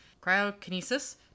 cryokinesis